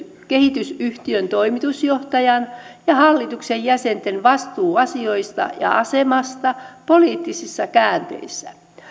kehitysyhtiön toimitusjohtajan ja hallituksen jäsenten vastuuasioista ja asemasta poliittisissa käänteissä